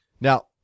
Now